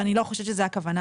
ואני לא חושבת שזו הכוונה,